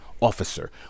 officer